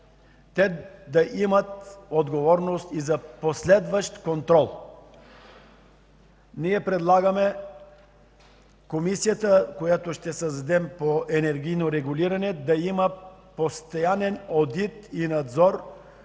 те да имат отговорност и за последващ контрол. Ние предлагаме Комисията, която ще създадем по енергийно регулиране, да има постоянен одит и надзор